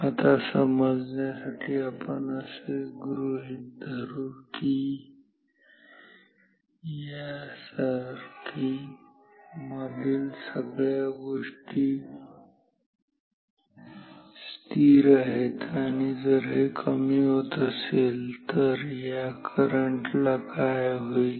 आता समजन्यासाठी आपण असे गृहीत धरू की यासारखी मधील सगळ्या गोष्टी स्थिर आहेत आणि जर हे कमी होत असेल तर या करंट ला काय होईल